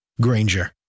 Granger